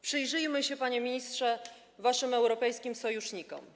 Przyjrzyjmy się, panie ministrze, waszym europejskim sojusznikom.